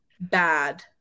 bad